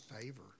favor